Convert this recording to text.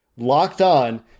LOCKEDON